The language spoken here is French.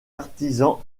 artisans